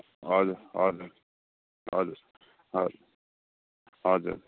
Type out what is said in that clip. हजुर हजुर हजुर हजुर हजुर